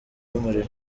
y’umuriro